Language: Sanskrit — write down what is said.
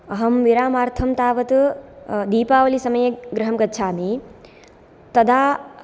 अहं विरामार्थं तावत् दीपावलिसमये गृहं गच्छामि तदा